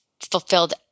fulfilled